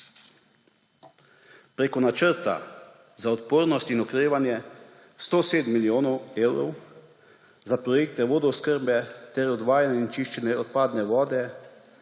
Preko Načrta za odpornost in okrevanje 107 milijonov evrov za projekte vodooskrbe ter odvajanje in čiščenje odpadne vode,